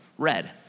Red